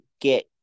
get